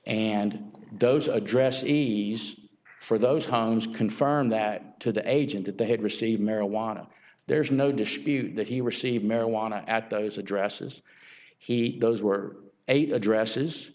and those address ease for those times confirmed that to the agent that they had received marijuana there's no dispute that he received marijuana at those addresses he those were eight addresses